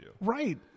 Right